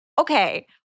Okay